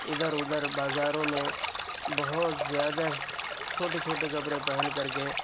ادھر ادھر بازاروں میں بہت زیادہ چھوٹے چھوٹے کپڑے پہن کر کے